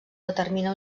determina